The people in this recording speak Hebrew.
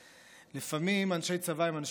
לפעמים אנשי צבא הם אנשים מאוד פרקטיים,